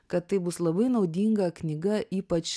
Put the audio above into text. kad tai bus labai naudinga knyga ypač